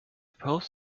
post